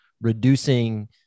reducing